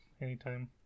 anytime